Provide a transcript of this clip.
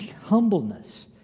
humbleness